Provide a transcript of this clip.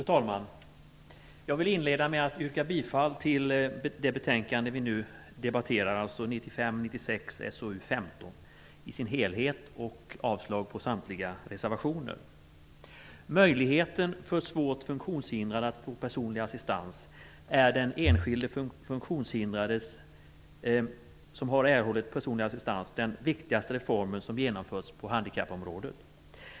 Fru talman! Jag vill inleda med att yrka bifall till utskottets hemställan i sin helhet i det betänkande vi nu debatterar, 1995/96:SoU15, och avslag på samtliga reservationer. Möjligheten för svårt funktionshindrade att få personlig assistans är för den enskilde funktionshindrade som har erhållit personlig assistans den viktigaste reformen som har genomförts på handikappområdet.